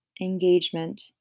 engagement